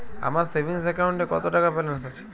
আমার সেভিংস অ্যাকাউন্টে কত টাকা ব্যালেন্স আছে?